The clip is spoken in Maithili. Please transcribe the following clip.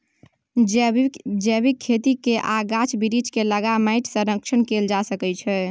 जैबिक खेती कए आ गाछ बिरीछ केँ लगा माटिक संरक्षण कएल जा सकै छै